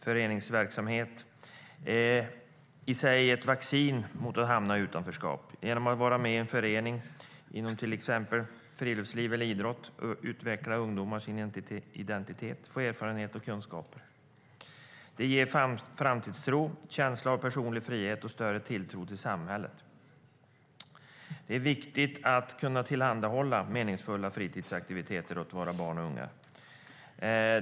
Föreningsverksamhet är i sig ett vaccin mot att hamna i utanförskap. Genom att vara med i en förening inom till exempel friluftsliv eller idrott utvecklar unga sin identitet och får erfarenhet och kunskaper. Det ger framtidstro, känsla av personlig frihet och större tilltro till samhället. Det är viktigt att tillhandahålla meningsfulla fritidsaktiviteter åt våra barn och unga.